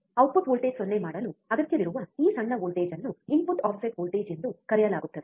output voltage 0 ಮಾಡಲು ಅಗತ್ಯವಿರುವ ಈ ಸಣ್ಣ ವೋಲ್ಟೇಜ್ ಅನ್ನು ಇನ್ಪುಟ್ ಆಫ್ಸೆಟ್ ವೋಲ್ಟೇಜ್ ಎಂದು ಕರೆಯಲಾಗುತ್ತದೆ